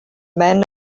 men